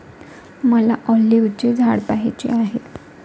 मला ऑलिव्हचे झाड पहायचे आहे